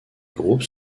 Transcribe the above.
groupes